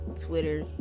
Twitter